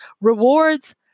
Rewards